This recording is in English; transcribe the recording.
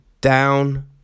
down